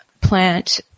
plant